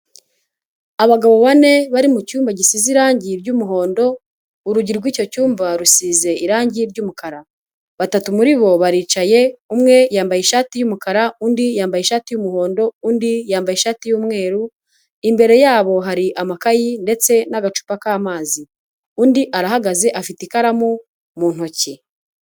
Abagabo bane bari mu cyumba gisize irangi ry'umuhondo, urugi rw’icyo cyumba rusize irangi ry’umukara, batatu muri bo baricaye, umwe yambaye ishati y’umukara, undi yambaye ishati y’umuhondo, undi yambaye ishati y’umweru, imbere yabo hari amakayi ndetse n'agacupa k'amazi, undi arahagaze afite ikaramu mu ntoki.